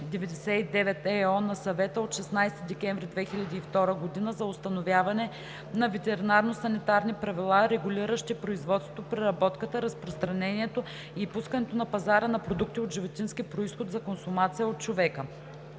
2002/99/ЕО на Съвета от 16 декември 2002 г. за установяване на ветеринарно-санитарни правила, регулиращи производството, преработката, разпространението и пускането на пазара на продукти от животински произход за консумация от човека.“